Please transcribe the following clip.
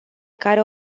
care